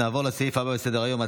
נעבור לסעיף הבא בסדר-היום,